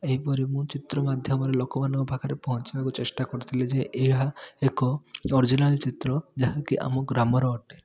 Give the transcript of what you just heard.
ଏହିପରି ମୁଁ ଚିତ୍ର ମାଧ୍ୟମରେ ଲୋକମାନଙ୍କ ପାଖରେ ପହଞ୍ଚେଇବାକୁ ଚେଷ୍ଟା କରିଥିଲି ଯେ ଏହା ଏକ ଅରିଜିନାଲ୍ ଚିତ୍ର ଯାହା କି ଆମ ଗ୍ରାମର ଅଟେ